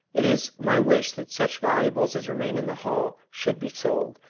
it is my wish that such valuables as remain in the hall should be sold,